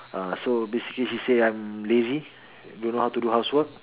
ah so basically she say I'm lazy don't know how to do house work